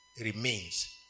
remains